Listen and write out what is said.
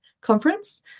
conference